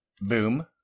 Boom